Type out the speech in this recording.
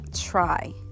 Try